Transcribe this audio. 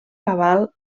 cabal